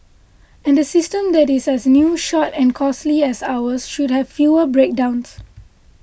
and a system that is as new short and costly as ours should have fewer breakdowns